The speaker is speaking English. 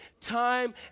time